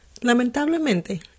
Lamentablemente